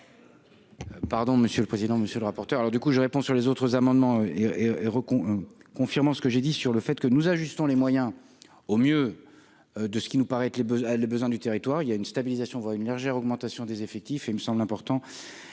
Pardon, monsieur le président, monsieur le rapporteur, alors du coup je réponds sur les autres amendements confirmant ce que j'ai dit sur le fait que nous ajustons les moyens au mieux de ce qui nous paraît être les besoins, les besoins du territoire il y a une stabilisation, voire une légère augmentation des effectifs, il me semble important